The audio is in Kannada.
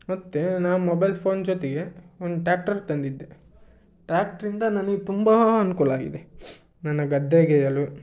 ಮತ್ತು ನಾನು ಮೊಬೈಲ್ ಫೋನ್ ಜೊತೆಗೆ ಒಂದು ಟಾಕ್ಟರ್ ತಂದಿದ್ದೆ ಟ್ರಾಕ್ಟ್ರಿಂದ ನನಗೆ ತುಂಬ ಅನುಕೂಲ ಆಗಿದೆ ನನ್ನ ಗದ್ದೆಗಳು